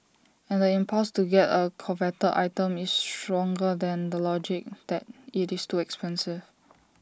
and the impulse to get A coveted item is stronger than the logic that IT is too expensive